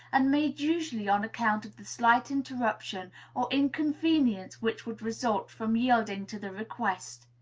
and made usually on account of the slight interruption or inconvenience which would result from yielding to the request.